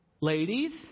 ladies